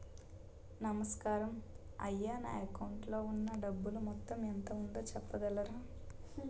నమస్కారం అయ్యా నా అకౌంట్ లో ఉన్నా డబ్బు మొత్తం ఎంత ఉందో చెప్పగలరా?